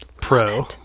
Pro